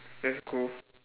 that's cool